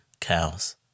cows